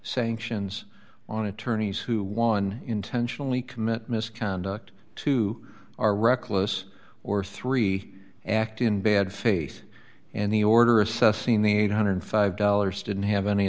sanctions on attorneys who one intentionally commit misconduct two or reckless or three act in bad faith and the order assessing the eight hundred and five dollars didn't have any